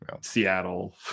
seattle